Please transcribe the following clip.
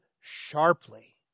sharply